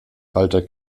walter